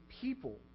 people